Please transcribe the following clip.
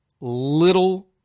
little